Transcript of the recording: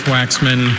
Waxman